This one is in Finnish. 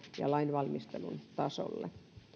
ja lainvalmistelun tasolla